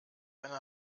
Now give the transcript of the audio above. eine